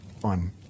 fun